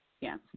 Yes